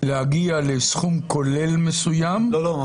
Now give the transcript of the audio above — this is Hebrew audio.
לנושא של Take away.